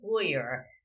employer